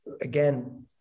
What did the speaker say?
again